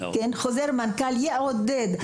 חוזר מנכ"ל "יעודד".